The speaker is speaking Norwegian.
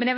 men det